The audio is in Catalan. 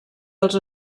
els